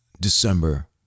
December